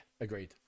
agreed